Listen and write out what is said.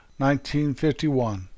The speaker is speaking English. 1951